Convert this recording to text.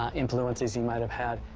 ah influences he might've had,